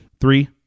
Three